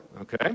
okay